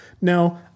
Now